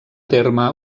terme